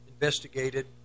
investigated